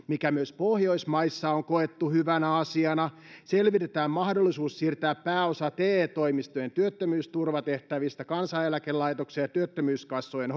mikä myös pohjoismaissa on koettu hyvänä asiana selvitetään mahdollisuus siirtää pääosa te toimistojen työttömyysturvatehtävistä kansaneläkelaitoksen ja työttömyyskassojen